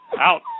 out